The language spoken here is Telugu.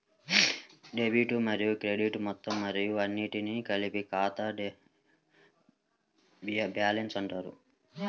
డెబిట్లు మరియు క్రెడిట్లు మొత్తం మరియు అన్నింటినీ కలిపి ఖాతా బ్యాలెన్స్ అంటారు